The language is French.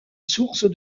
source